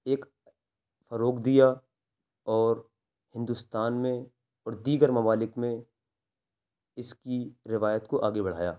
ایک فروغ دیا اور ہندوستان میں اور دیگر ممالک میں اس کی روایت کو آگے بڑھایا